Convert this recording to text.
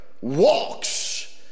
walks